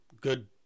good